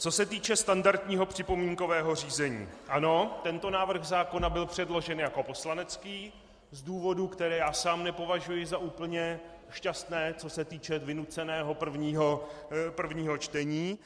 Co se týče standardního připomínkového řízení, ano, tento návrh zákona byl předložen jako poslanecký z důvodů, které já sám nepovažuji za úplně šťastné, co se týče vynuceného prvního čtení.